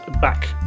back